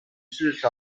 市场